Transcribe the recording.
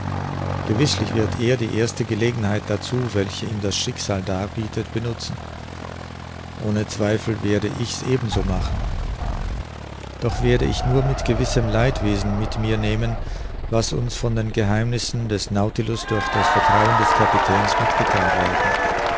gewißlich wird er die erste gelegenheit dazu welche ihm das schicksal darbietet benutzen ohne zweifel werde ich's ebenso machen doch werde ich nur mit gewissem leidwesen mit mir nehmen was uns von den geheimnissen des nautilus durch das vertrauen des kapitäns mitgetheilt worden